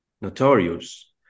notorious